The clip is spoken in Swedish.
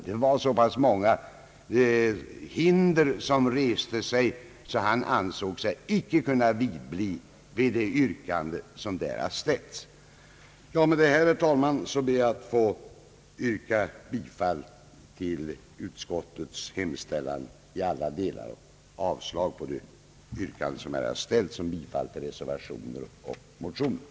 Det var så många hinder som reste sig att han ansåg sig icke kunna vidhålla det yrkande som ställts. Med detta, herr talman, ber jag att få yrka bifall till utskottets hemställan i alla delar och avslag på de yrkanden som här har ställts om bifall till motioner och reservationer.